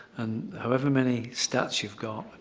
and however many stats you've got,